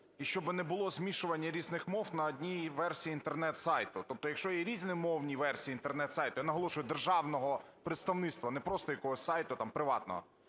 і щоби не було змішування різних мов на одній версії інтернет-сайту. Тобто якщо є різномовні версії інтернет-сайту, я наголошую, державного представництва, не просто якогось сайту там приватного,